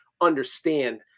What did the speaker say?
understand